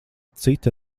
cita